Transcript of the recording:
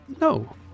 No